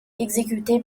exécutées